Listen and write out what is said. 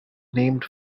named